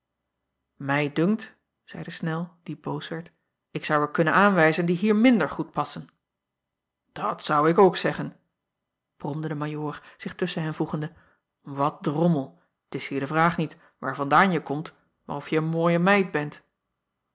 ij dunkt zeide nel die boos werd ik zou er kunnen aanwijzen die hier minder goed passen at zou ik ook zeggen bromde de ajoor zich tusschen hen voegende wat drommel t is hier de vraag niet waar vandaan je komt maar of je een mooie meid bent